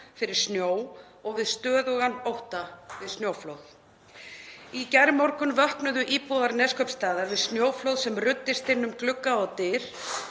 fyrir snjó og lifa við stöðugan ótta við snjóflóð. Í gærmorgun vöknuðu íbúar í Neskaupstað við snjóflóð sem ruddist inn um glugga og dyr.